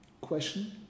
Question